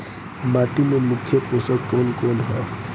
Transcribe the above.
माटी में मुख्य पोषक कवन कवन ह?